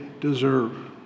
deserve